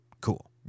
cool